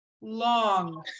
long